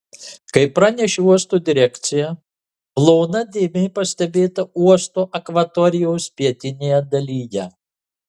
kaip pranešė uosto direkcija plona dėmė pastebėta uosto akvatorijos pietinėje dalyje